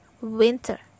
Winter